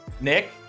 Nick